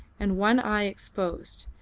and one eye exposed,